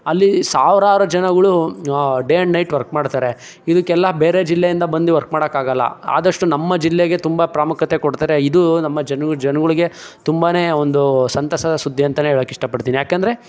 ಅಲ್ಲಿ ಸಾವಿರಾರು ಜನಗಳು ಡೇ ಆ್ಯಂಡ್ ನೈಟ್ ವರ್ಕ್ ಮಾಡ್ತಾರೆ ಇದಕ್ಕೆಲ್ಲ ಬೇರೆ ಜಿಲ್ಲೆಯಿಂದ ಬಂದು ವರ್ಕ್ ಮಾಡೋಕ್ಕಾಗಲ್ಲ ಆದಷ್ಟು ನಮ್ಮ ಜಿಲ್ಲೆಗೆ ತುಂಬ ಪ್ರಾಮುಖ್ಯತೆ ಕೊಡ್ತಾರೆ ಇದು ನಮ್ಮ ಜನ ಜನಗಳಿಗೆ ತುಂಬನೇ ಒಂದು ಸಂತಸದ ಸುದ್ದಿ ಅಂತಲೇ ಹೇಳೋಕ್ಕೆ ಇಷ್ಟಪಡ್ತೀನಿ ಯಾಕೆಂದರೆ